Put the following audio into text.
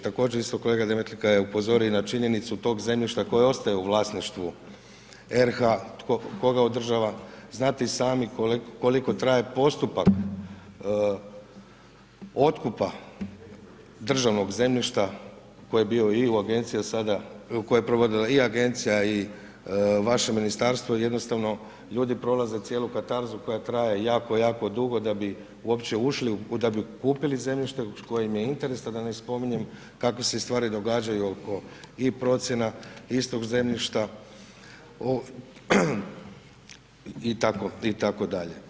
Također isto kolega Demetlika je upozorio i na činjenicu tog zemljišta koje ostaje u vlasništvu RH, ko ga održava, znate i sami koliko traje postupak otkupa državnog zemljišta koje je bio i u agenciji, koje je provodila i agencija i vaše ministarstvo i jednostavno, ljudi prolaze cijelu katarzu koja traje jako, jako dugo da bi uopće ušli, da kupili zemljište koje im je interes, a da na spominjem kako se stvari događaju oko i procjena istog zemljišta itd.